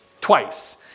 twice